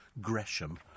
Gresham